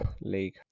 League